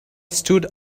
stood